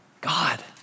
God